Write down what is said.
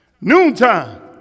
Noontime